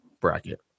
bracket